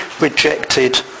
rejected